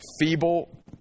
feeble